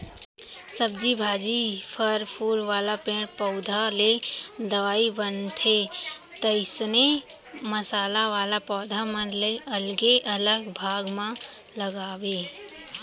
सब्जी भाजी, फर फूल वाला पेड़ पउधा ले दवई बनथे, तइसने मसाला वाला पौधा मन ल अलगे अलग भाग म लगाबे